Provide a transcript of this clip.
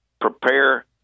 prepare